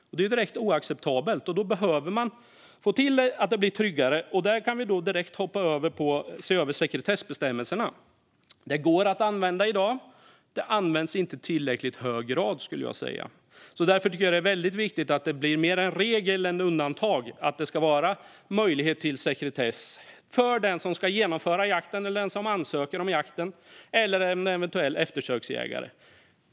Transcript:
Det är direkt oacceptabelt. Då behöver vi se till att det blir tryggare. Vi kan direkt gå över på det här med att se över sekretessbestämmelserna. De går att använda i dag men används inte i tillräckligt hög grad, skulle jag säga. Därför tycker jag att det är väldigt viktigt att det blir mer regel än undantag att det ska finnas möjlighet till sekretess för den som ska genomföra jakten, den som ansöker om jakten eller en eventuell eftersöksjägare.